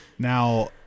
Now